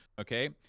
okay